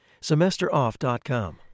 SemesterOff.com